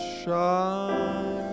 shine